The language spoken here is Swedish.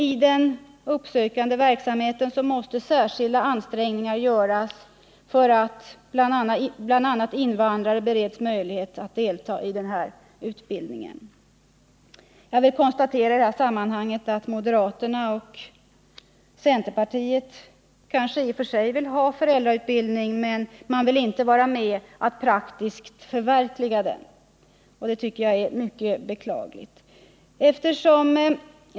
I den uppsökande verksamheten måste särskilda ansträngningar göras för att bl.a. invandrare skall beredas möjlighet att delta i denna utbildning. Jag konstaterar att moderaterna och centerpartiet i och för sig vill ha föräldrautbildning, men man. vill inte vara med om att praktiskt förverkliga den. Det är mycket beklagligt.